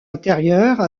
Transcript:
intérieures